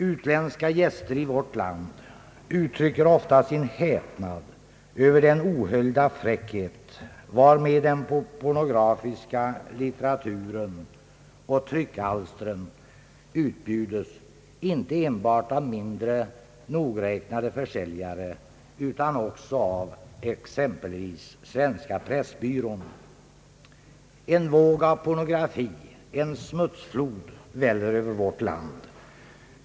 Utländska gäster i vårt land uttrycker ofta sin häpnad över den ohöljda fräckhet varmed den pornografiska litteraturen och tryckalstren utbjudes — inte enbart av mindre nogräknade försäljare utan också av exempelvis Svenska pressbyrån. En våg av pornografi, en smutsflod, väller över vårt land.